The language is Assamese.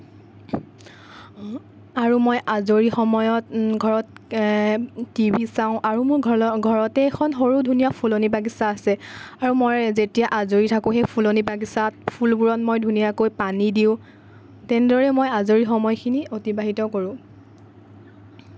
আৰু মই আজৰি সময়ত ঘৰত টিভি চাওঁ আৰু মোৰ ঘল ঘৰতে এখন সৰু ধুনীয়া ফুলনি বাগিছা আছে আৰু মই যেতিয়া আজৰি থাকোঁ সেই ফুলনি বাগিছাত ফুলবোৰত মই ধুনীয়াকৈ পানী দিওঁ এনেদৰেই মই আজৰি সময়খিনি অতিবাহিত কৰোঁ